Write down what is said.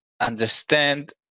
understand